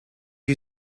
you